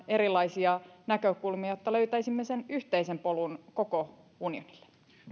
erilaisia näkökulmia jotta löytäisimme sen yhteisen polun koko unionille